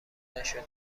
نشده